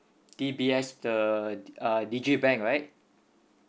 D B S the uh D J bank right